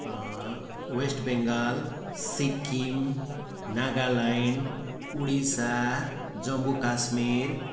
West Bengal Sikkim Nagaland Odisha Jammu Kashmir